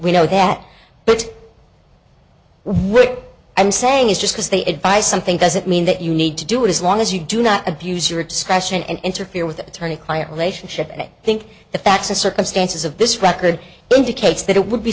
we know that but rick i'm saying is just because they advise something doesn't mean that you need to do it as long as you do not abuse your discretion and interfere with the attorney client relationship and i think the facts and circumstances of this record indicates that it would be